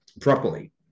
properly